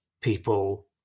people